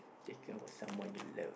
taken with someone you love